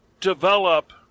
develop